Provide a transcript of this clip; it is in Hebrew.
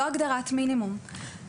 לא הגדרת מינימום.